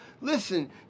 Listen